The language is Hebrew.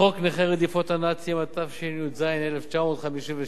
חוק נכי רדיפות הנאצים, התשי"ז 1957,